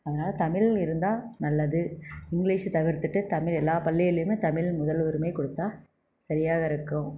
அதனால் தமிழ் இருந்தால் நல்லது இங்கிலீஷை தவிர்த்துவிட்டு தமிழ் எல்லா பள்ளியிலேயுமே தமிழ் முதல் உரிமை கொடுத்தா சரியாக இருக்கும்